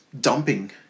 dumping